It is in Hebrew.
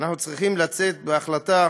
אנחנו צריכים לצאת בהחלטה